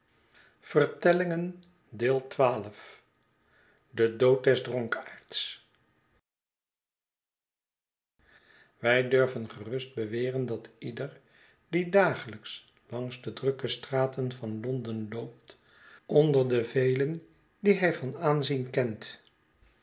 de dood des dronkaards wij durven gerust beweren dat ieder die dagelijks langs de drukke straten van londen loopt onder de velen welke hij van aanzien kent